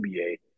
NBA